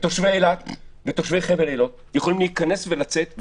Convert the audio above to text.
ותושבי אילת ותושבי חבל אילות יכולים להיכנס ולצאת,